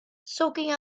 soaking